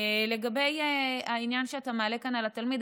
לגבי העניין שאתה מעלה כאן על התלמיד,